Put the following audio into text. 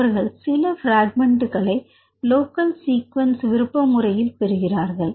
அவர்கள் சில பிராக்மெண்ட்களை லோக்கல் சீக்வென்ஸ் விருப்ப முறையில் பெறுகிறார்கள்